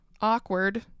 Awkward